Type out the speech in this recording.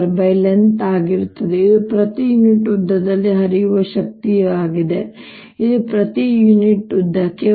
ಆದ್ದರಿಂದ ಇದು I2a2RI2length ಆಗಿರುತ್ತದೆ ಇದು ಪ್ರತಿ ಯೂನಿಟ್ ಉದ್ದದಲ್ಲಿ ಹರಿಯುವ ಶಕ್ತಿಯಾಗಿದೆ ಆದ್ದರಿಂದ ಇದು ಪ್ರತಿ ಯೂನಿಟ್ ಉದ್ದಕ್ಕೆ